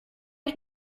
ich